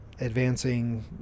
advancing